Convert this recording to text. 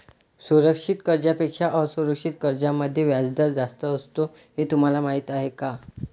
सुरक्षित कर्जांपेक्षा असुरक्षित कर्जांमध्ये व्याजदर जास्त असतो हे तुम्हाला माहीत आहे का?